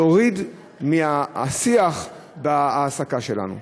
להוריד מהשיח בהעסקה שלנו.